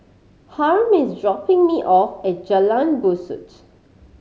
Harm is dropping me off at Jalan Besut